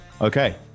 Okay